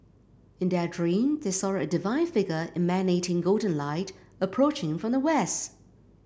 in their dream they saw a divine figure emanating golden light approaching from the west